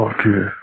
Okay